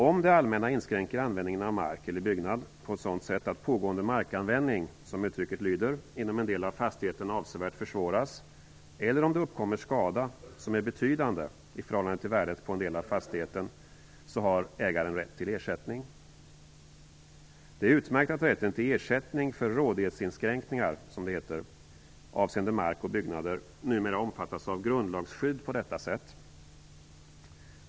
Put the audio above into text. Om det allmänna inskränker användningen av mark eller byggnad på sådant sätt att pågående markanvändning, som uttrycket lyder, inom en del av fastigheten avsevärt försvåras eller om det uppkommer skada som är betydande i förhållande till värdet på en del av fastigheten, har ägaren rätt till ersättning. Det är utmärkt att rätten till ersättning för rådighetsinskränkningar avseende mark och byggnader numera omfattas av grundlagsskydd på detta sätt.